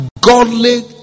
godly